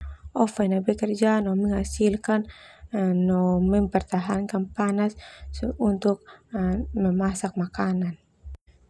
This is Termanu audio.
Oven ah bekerja no menghasilkan no mempertahankan panas untuk memasak makanan.